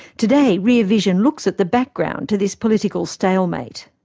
today, rear vision looks at the background to this political stalemate.